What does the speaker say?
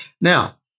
Now